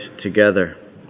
together